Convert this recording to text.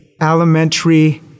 elementary